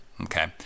okay